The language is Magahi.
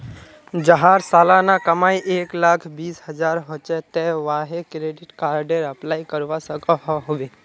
जहार सालाना कमाई एक लाख बीस हजार होचे ते वाहें क्रेडिट कार्डेर अप्लाई करवा सकोहो होबे?